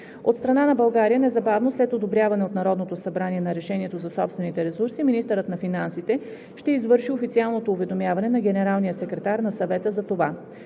От страна на България – незабавно след одобряване от Народното събрание на решението за собствените ресурси, министърът на финансите ще извърши официалното уведомяване на генералния секретар на Съвета за това.